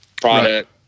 product